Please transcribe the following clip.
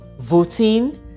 voting